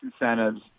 incentives